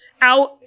out